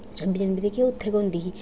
छब्बी जनवरी उत्थै गै होंदी ही